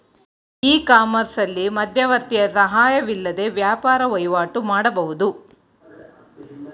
E ಕಾಮರ್ಸ್ನಲ್ಲಿ ಮಧ್ಯವರ್ತಿಯ ಸಹಾಯವಿಲ್ಲದೆ ವ್ಯಾಪಾರ ವಹಿವಾಟು ಮಾಡಬಹುದು